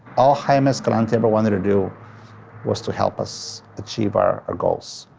all jaime escalante ever wanted to do was to help us achieve our ah goals.